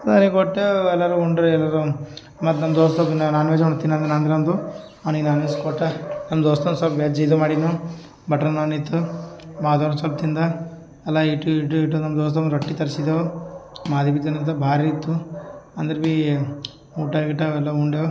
ಅವ್ನಿಗೆ ಕೊಟ್ಟೆವ್ ಎಲ್ಲರು ಉಂಡ್ರೆ ಎಲ್ಲರು ಮತ್ತು ನನ್ನ ದೋಸ್ತ್ ನಾನ್ವೇಜ್ ಉಣ್ತಿನಿ ನಾನು ನನ್ಗರಂತು ಅವ್ನಿಗೆ ನಾನ್ವೆಜ್ ಕೊಟ್ಟು ನಮ್ಮ ದೋಸ್ತ ಸೊಲ್ಪ ವೆಜ್ ಇದು ಮಾಡಿದ್ನು ಬಟರ್ ನಾನ್ ಇತ್ತು ಮಾದವ ಸೊಲ್ಪ ತಿಂದ ಅಲ್ಲ ಇಟ್ಟು ಇಟ್ಟು ಇಟ್ಟು ನನ್ನ ದೋಸ್ತನಿಗೆ ರೊಟ್ಟಿ ತರಿಸಿದೆವು ಭಾರಿ ಇತ್ತು ಅಂದರೆ ಬಿ ಊಟ ಗೀಟ ಎಲ್ಲ ಉಂಡೇವು